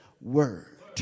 word